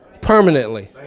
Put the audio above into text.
permanently